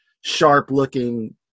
sharp-looking